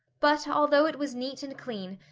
but, although it was neat and clean,